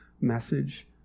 message